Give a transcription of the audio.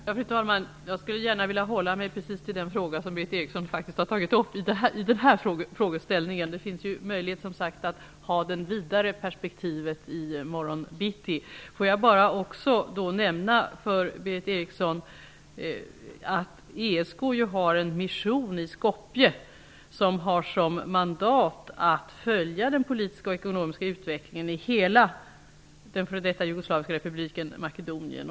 Fru talman! Jag vill gärna hålla mig precis till den fråga som Berith Eriksson har tagit upp i den här frågeställningen. Det finns ju möjlighet att ha det vidare perspektivet i morgon bitti. Låt mig bara nämna för Berith Eriksson att ESK har en mission i Skopje som har som mandat att följa den politiska och ekonomiska utvecklingen i hela den f.d. jugoslaviska republiken Makedonien.